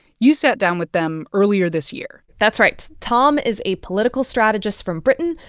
you sat down with them earlier this year that's right. tom is a political strategist from britain.